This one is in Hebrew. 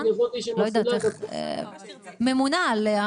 ממונה על,